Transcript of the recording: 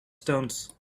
stones